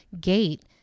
gate